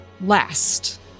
last